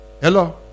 Hello